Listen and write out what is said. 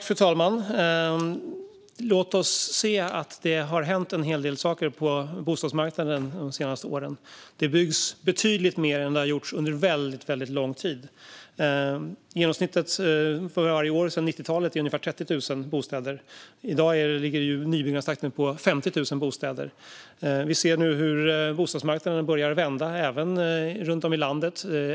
Fru talman! Det har ju hänt en del saker på bostadsmarknaden de senaste åren. Det byggs betydligt mer än det har gjorts under väldigt lång tid. Genomsnittet per år sedan 90-talet har varit ungefär 30 000 bostäder; i dag ligger nybyggnadstakten på 50 000 bostäder. Vi ser hur bostadsmarknaden börjar vända runt om i landet.